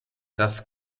das